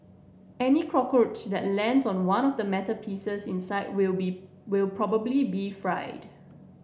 any cockroach that lands on the one of the metal pieces inside will be will probably be fried